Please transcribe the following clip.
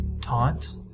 Taunt